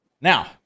Now